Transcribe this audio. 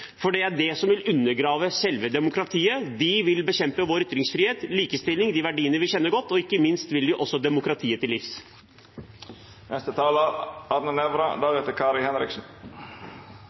for det vil undergrave selve demokratiet. De vil bekjempe vår ytringsfrihet, likestilling, de verdiene vi kjenner godt, og ikke minst vil de demokratiet til livs.